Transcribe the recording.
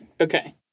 Okay